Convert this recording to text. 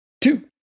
Two